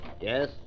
Yes